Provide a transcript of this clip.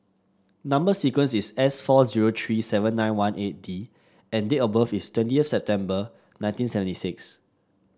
number sequence is S four zero three seven nine one eight D and date of birth is twenty of September One Thousand nine hundred and seventy six